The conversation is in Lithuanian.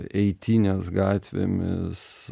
eitynes gatvėmis